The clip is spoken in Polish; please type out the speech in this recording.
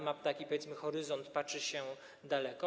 Ma się taki, powiedzmy, horyzont, patrzy się daleko.